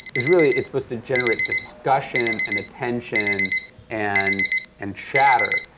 is really it's supposed to generate discussion and attention and and chatter,